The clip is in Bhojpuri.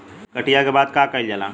कटिया के बाद का कइल जाला?